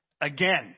again